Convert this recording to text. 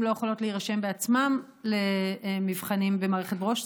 לא יכולות להירשם בעצמם למבחנים במערכת ברוש,